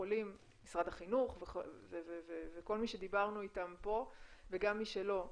משרד החינוך וכל מי שדיברנו איתם פה וגם מי שלא,